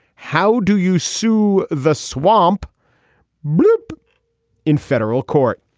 how do you sue the swamp group in federal court.